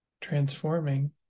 transforming